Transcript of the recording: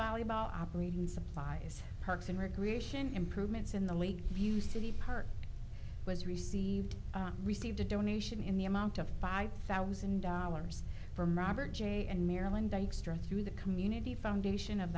volleyball operating supplies parks and recreation improvements in the lake view city park was received received a donation in the amount of five thousand dollars from robert j and maryland dykstra through the community foundation of